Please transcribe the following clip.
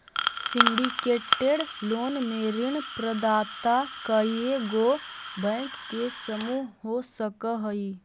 syndicated loan में ऋण प्रदाता कइएगो बैंक के समूह हो सकऽ हई